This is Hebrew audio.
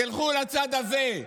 תלכו לצד הזה,